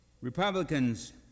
Republicans